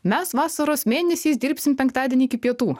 mes vasaros mėnesiais dirbsim penktadienį iki pietų